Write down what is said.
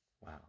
Wow